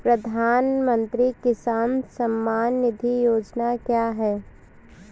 प्रधानमंत्री किसान सम्मान निधि योजना क्या है?